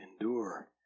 endure